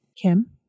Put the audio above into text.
Kim